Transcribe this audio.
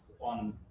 on